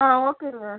on ஓகேங்க